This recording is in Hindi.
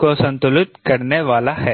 को संतुलित करने वाला है